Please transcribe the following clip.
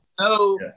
no